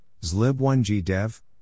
zlib1g-dev